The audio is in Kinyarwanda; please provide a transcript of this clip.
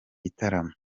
gitaramo